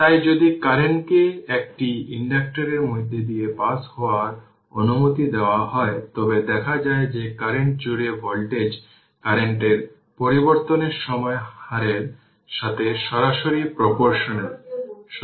তাই যদি কারেন্টকে একটি ইন্ডাক্টর এর মধ্য দিয়ে পাস হওয়ার অনুমতি দেওয়া হয় তবে দেখা যায় যে কারেন্ট জুড়ে ভোল্টেজ কারেন্টের পরিবর্তনের সময় হারের সাথে সরাসরি প্রপোর্শনাল